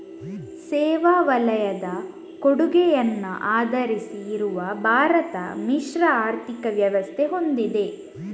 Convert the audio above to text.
ಸೇವಾ ವಲಯದ ಕೊಡುಗೆಯನ್ನ ಆಧರಿಸಿ ಇರುವ ಭಾರತ ಮಿಶ್ರ ಆರ್ಥಿಕ ವ್ಯವಸ್ಥೆ ಹೊಂದಿದೆ